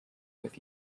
with